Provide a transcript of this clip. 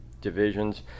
divisions